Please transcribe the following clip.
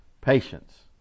patience